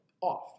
off